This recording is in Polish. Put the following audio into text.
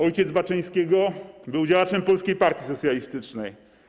Ojciec Baczyńskiego był działaczem Polskiej Patrii Socjalistycznej.